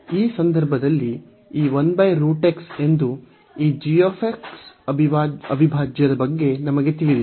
ಈ ಸಂದರ್ಭದಲ್ಲಿ ಈ ಎಂದು ಈ g ಅವಿಭಾಜ್ಯದ ಬಗ್ಗೆ ನಮಗೆ ತಿಳಿದಿದೆ